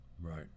Right